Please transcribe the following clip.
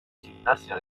gimnasia